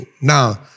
Now